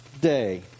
day